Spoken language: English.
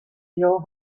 your